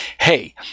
hey